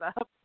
up